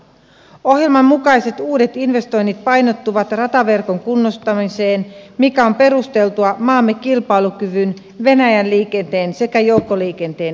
ohjelman mukaiset uudet investoinnit painottuvat rataverkon kunnostamiseen mikä on perusteltua maamme kilpailukyvyn venäjän liikenteen sekä joukkoliikenteen edistämiseksi